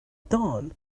dawn